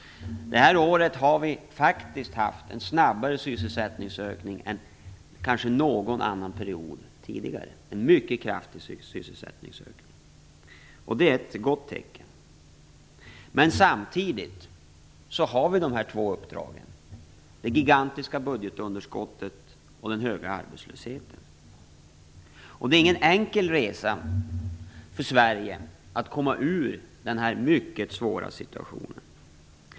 Detta år har vi faktiskt haft en snabbare sysselsättningsökning än under kanske någon annan period tidigare. Det är en mycket kraftig sysselsättningsökning. Det är ett gott tecken. Men samtidigt har vi dessa två uppdrag: det gigantiska budgetunderskottet och den höga arbetslösheten. Det är ingen enkel resa för Sverige att komma ur denna mycket svåra situation.